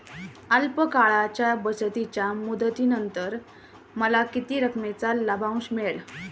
अल्प काळाच्या बचतीच्या मुदतीनंतर मला किती रकमेचा लाभांश मिळेल?